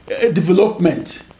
development